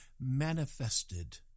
manifested